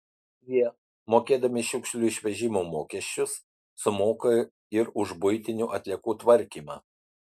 jie mokėdami šiukšlių išvežimo mokesčius sumoka ir už buitinių atliekų tvarkymą